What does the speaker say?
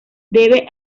debe